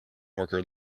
worker